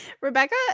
Rebecca